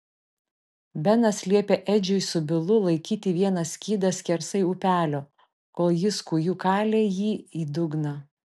benas liepė edžiui su bilu laikyti vieną skydą skersai upelio kol jis kūju kalė jį į dugną